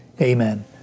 Amen